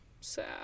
sad